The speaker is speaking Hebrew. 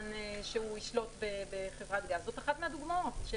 עניין שהוא ישלוט בחברת גז זאת אחת הדוגמאות.